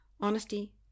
Honesty